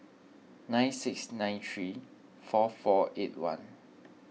nine six nine three four four eight one